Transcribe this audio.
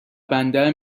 بندر